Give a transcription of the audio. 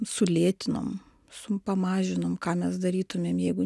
sulėtinom su pamažinom ką mes darytumėm jeigu